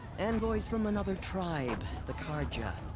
envoys from another tribe. the carja.